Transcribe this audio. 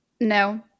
No